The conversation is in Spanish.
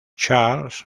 charles